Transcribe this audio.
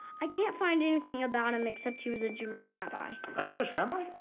i can't find anything about him except he was a jewish rabbi. a jewish rabbi?